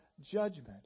judgment